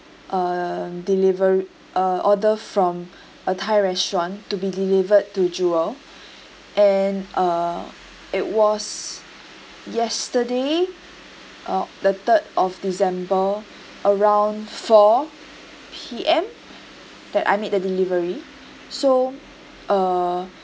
um delivery uh order from a thai restaurant to be delivered to jewel and uh it was yesterday uh the third of december around four P_M that I made a delivery so uh